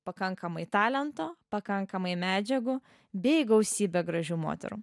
pakankamai talento pakankamai medžiagų bei gausybę gražių moterų